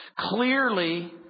Clearly